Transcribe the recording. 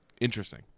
Interesting